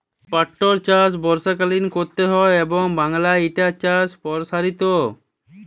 পাটটর চাষ বর্ষাকালীন ক্যরতে হয় এবং বাংলায় ইটার চাষ পরসারিত